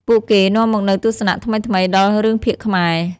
ពួកគេនាំមកនូវទស្សនៈថ្មីៗដល់រឿងភាគខ្មែរ។